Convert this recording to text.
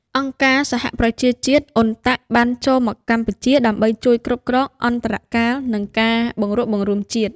អង្គការសហប្រជាជាតិ (UNTAC) បានចូលមកកម្ពុជាដើម្បីជួយគ្រប់គ្រងអន្តរកាល និងការបង្រួបបង្រួមជាតិ។